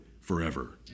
forever